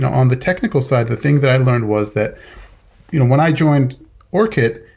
yeah on the technical side, the thing that i learned was that you know when i joined orkut,